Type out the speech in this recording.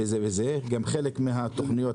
חלק מהתוכניות